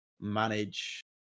manage